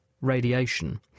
radiation